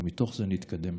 ומתוך זה נתקדם.